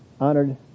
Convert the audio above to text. honored